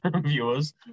viewers